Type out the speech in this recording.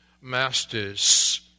masters